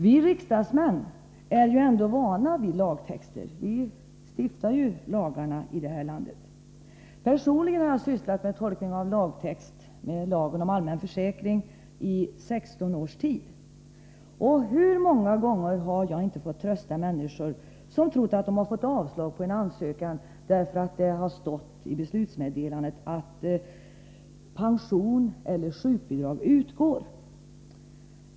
Vi riksdagsmän är ändå vana vid lagtexter — vi stiftar lagarna i detta land. Personligen har jag sysslat med tolkning av lagtext när det gäller lagen om allmän försäkring i 16 års tid. Och hur många gånger har jag inte fått trösta människor, som trott att de fått avslag på en ansökan, därför att det i beslutsmeddelandet stått att pension eller sjukbidrag ”utgår”!